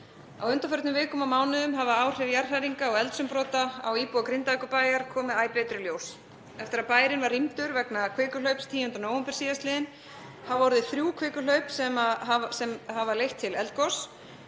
Á undanförnum vikum og mánuðum hafa áhrif jarðhræringa og eldsumbrota á íbúa Grindavíkurbæjar komið æ betur í ljós. Eftir að bærinn var rýmdur vegna kvikuhlaups 10. nóvember síðastliðinn hafa orðið þrjú kvikuhlaup sem hafa leitt til eldgoss.